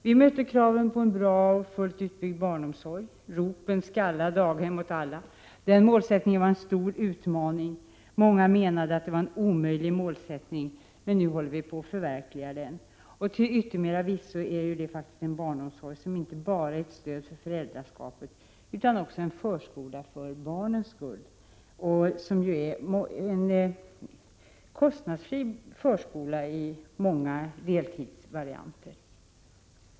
Vi mötte kraven på en bra och fullt utbyggd barnomsorg. ”Ropen nu skalla, barnhem åt alla”, — den målsättningen var en stor utmaning. Många menade att det var en omöjlig målsättning, men nu håller vi på att förverkliga den. Till yttermera visso är det faktiskt en barnomsorg som inte bara är ett stöd för föräldraskapet, utan också en förskola för barnens skull. Det är en kostnadsfri förskola i många deltidsvarianter.